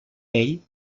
vell